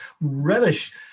relish